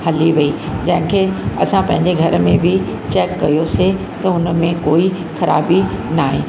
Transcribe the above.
हली वई जंहिं खे असां पंहिंजे घर में बि चैक कयोसीं त हुन में कोई ख़राबी नाहे